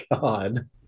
God